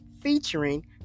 featuring